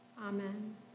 Amen